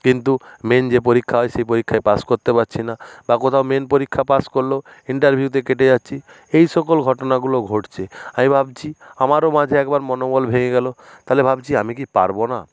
কিন্তু মেন যে পরীক্ষা হয় সেই পরীক্ষায় পাস করতে পারছি না বা কোথাও মেন পরীক্ষা পাস করলেও ইন্টারভিউতে কেটে যাচ্ছি এই সকল ঘটনাগুলো ঘটছে আমি ভাবছি আমারও মাঝে একবার মনোবল ভেঙে গেল তাহলে ভাবছি আমি কি পারবো না